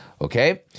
okay